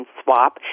swap